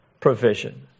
provision